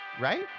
Right